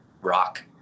rock